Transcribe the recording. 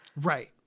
Right